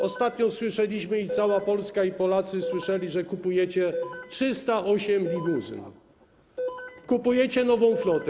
Ostatnio słyszeliśmy, i cała Polska słyszała, i Polacy słyszeli, że kupujecie 308 limuzyn, kupujecie nową flotę.